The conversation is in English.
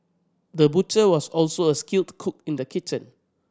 the butcher was also a skilled cook in the kitchen